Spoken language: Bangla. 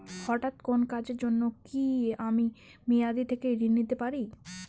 হঠাৎ কোন কাজের জন্য কি আমি মেয়াদী থেকে ঋণ নিতে পারি?